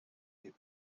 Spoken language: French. n’est